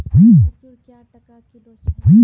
मसूर क्या टका किलो छ?